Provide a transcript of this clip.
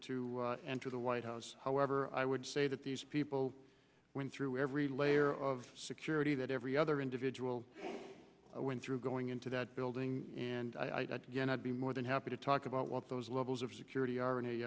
to enter the white house however i would say that these people went through every layer of security that every other individual went through going into that building and i would be more than happy to talk about what those levels of security are in a